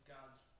God's